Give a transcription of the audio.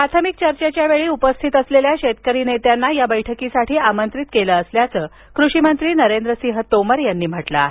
प्राथमिक चर्चेच्यावेळी उपस्थित असलेल्या शेतकरी नेत्यांना या बैठकीसाठी आमंत्रीत केलं असल्याचं कृषीमंत्री नरेंद्र सिंह तोमर यांनी म्हटलं आहे